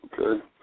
Okay